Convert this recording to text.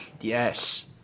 Yes